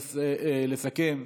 לסכם,